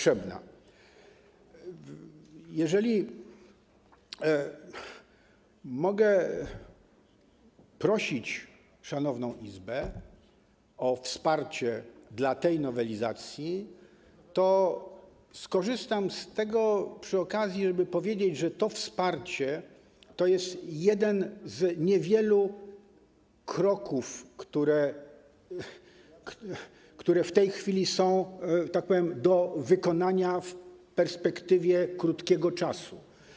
Jeżeli mogę prosić szanowną Izbę o wsparcie dla tej nowelizacji, to skorzystam przy okazji z tego, żeby powiedzieć, że to wsparcie to jest jeden z niewielu kroków, które w tej chwili są, że tak powiem, do wykonania w perspektywie krótkiego czasu.